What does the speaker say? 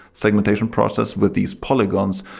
segmentation process with these polygons.